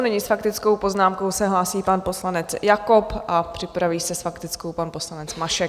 Nyní s faktickou poznámkou se hlásí pan poslanec Jakob a připraví se s faktickou pan poslanec Mašek.